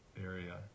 area